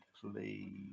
please